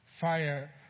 fire